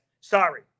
sorry